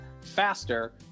faster